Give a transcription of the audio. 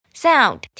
sound